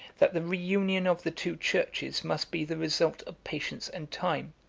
that the reunion of the two churches must be the result of patience and time